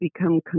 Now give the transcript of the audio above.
become